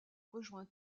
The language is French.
rejoint